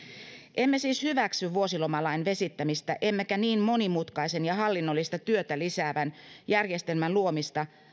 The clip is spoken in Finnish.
emme siis hyväksy vuosilomalain vesittämistä emmekä niin monimutkaisen ja hallinnollista työtä lisäävän järjestelmän luomista